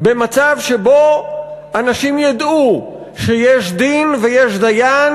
במצב שבו אנשים יֵדעו שיש דין ויש דיין